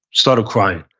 started crying,